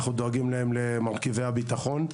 אנחנו דואגים להם למרכיבי הביטחון.